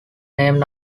named